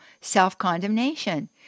self-condemnation